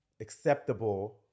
acceptable